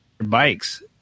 bikes